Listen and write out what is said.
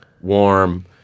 warm